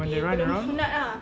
when they run around